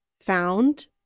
found